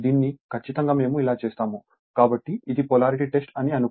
దీన్ని ఖచ్చితంగా మేము ఇలా చేస్తాము కాబట్టి ఇది పొలారిటీ టెస్ట్ అని అనుకుందాం